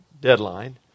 deadline